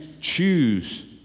choose